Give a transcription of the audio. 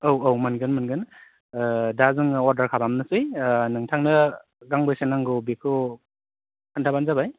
औ औ मोनगोन मोनगोन दा जोङो अरदार खालामनोसै नोंथांनो गांबोसे नांगौ बेखौ खोन्थाबानो जाबाय